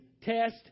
test